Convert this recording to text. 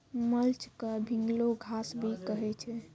mulch क भींगलो घास भी कहै छै